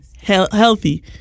healthy